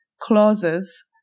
clauses